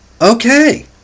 okay